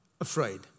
afraid